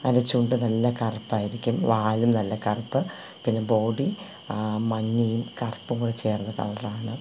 അതിന്റെ ചുണ്ട് നല്ല കറുപ്പായിരിക്കും വാലും നല്ല കറുപ്പ് പിന്നെ ബോഡി മഞ്ഞയും കറുപ്പും കൂടെ ചേര്ന്ന കളറാണ്